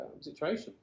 situation